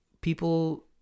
people